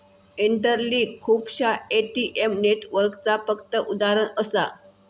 interlink खुपश्या ATM नेटवर्कचा फक्त उदाहरण असा